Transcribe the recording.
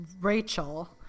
Rachel